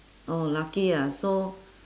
oh lucky ah so